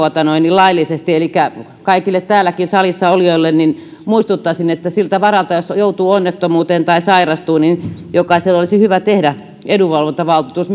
laillisesti elikkä kaikille täälläkin salissa olijoille muistuttaisin että siltä varalta jos joutuu onnettomuuteen tai sairastuu jokaisen olisi hyvä tehdä edunvalvontavaltuutus